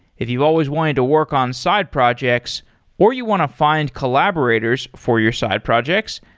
if you've always wanted to work on side projects or you want to find collaborators for your side projects,